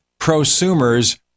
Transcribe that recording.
prosumers